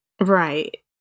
right